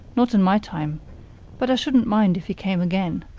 not in my time but i shouldn't mind if he came again.